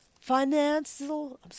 financial